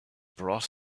brought